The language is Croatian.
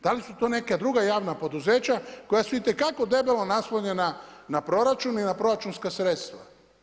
Da li su to neka druga javna poduzeća koja su itekako debelo naslonjena na proračun i na proračunska sredstva.